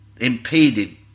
impeded